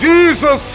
Jesus